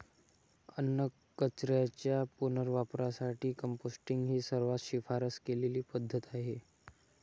अन्नकचऱ्याच्या पुनर्वापरासाठी कंपोस्टिंग ही सर्वात शिफारस केलेली पद्धत आहे